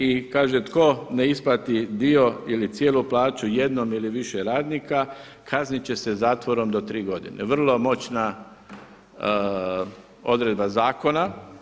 I kaže tko ne isplati dio ili cijelu plaću jednom ili više radnika kazniti će se zatvorom do 3 godine, vrlo moćna odredba zakona.